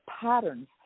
patterns